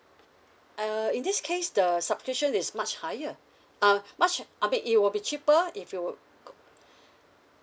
uh in this case the subscription is much higher uh much hi~ I mean it will be cheaper if you were